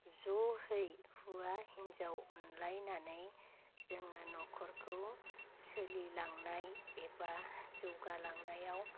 जहै हुवा हिन्जाव अनलायनानै जोङो न'खरखौ सोलिलांनाय एबा जौगालांनायाव